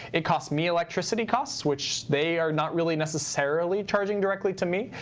it costs me electricity costs, which they are not really necessarily charging directly to me,